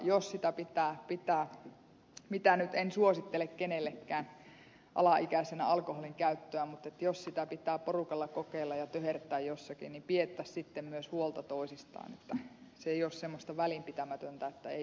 jos sitä pittää mitä nyt en suosittele kenellekään alaikäisenä alkoholin käyttöä porukalla kokeilla ja töhertää jossakin niin piettäs sitten myös huolta toisistaan ettei se oo semmosta välinpitämätöntä että ei kuulu meille